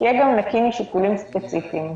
שיהיה גם נקי משיקולים ספציפיים.